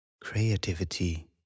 creativity